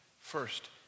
first